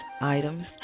items